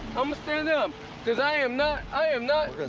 i'm standing up because i am not i am not.